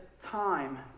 time